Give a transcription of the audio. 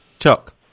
Chuck